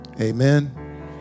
Amen